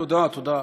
תודה, תודה.